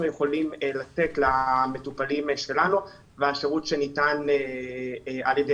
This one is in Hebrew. יכולים לתת למטופלים שלנו לבין השירות שניתן על ידי